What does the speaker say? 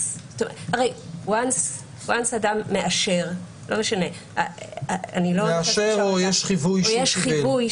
ברגע שאדם מאשר --- מאשר או יש חיווי,